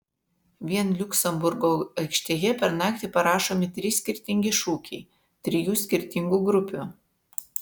vien liuksemburgo aikštėje per naktį parašomi trys skirtingi šūkiai trijų skirtingų grupių